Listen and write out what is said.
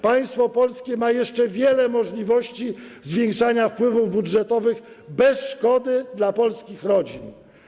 Państwo polskie ma jeszcze wiele możliwości zwiększania wpływów budżetowych bez szkody dla polskich rodzin.